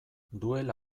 duela